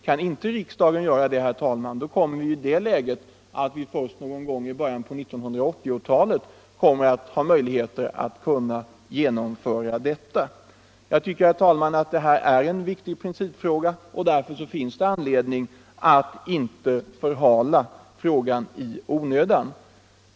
Kan riksdagen inte göra detta, herr talman, kommer vi i det läget att vi först någon gång i början av 1980-talet kommer att ha möjligheter att genomföra en ändring. Jag tycker, herr talman, att detta är en viktig principfråga. Därför finns det anledning att inte förhala frågan i onödan.